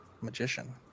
magician